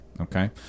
Okay